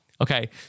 Okay